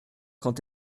quand